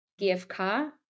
GFK